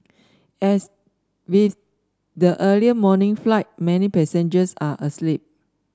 as with the early morning flight many passengers are asleep